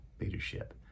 leadership